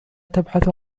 تبحث